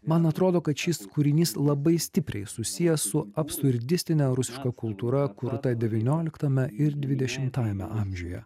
man atrodo kad šis kūrinys labai stipriai susijęs su apsurdistine rusiška kultūra kurta devynioliktame ir dvidešimtajame amžiuje